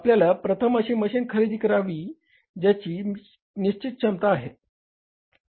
आपल्याला प्रथम अशी मशीन खरेदी करावी ज्याची निश्चित क्षमता आहे